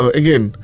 again